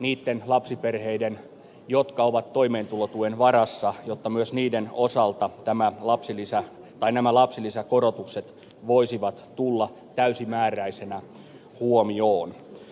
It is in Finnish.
niitten lapsiperheiden osalta jotka ovat toimeentulotuen varassa mutta myös niiden osalta tämä lapsilisää vain nämä lapsilisäkorotukset voisivat tulla täysimääräisinä huomioon